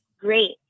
great